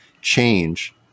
change